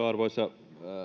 arvoisa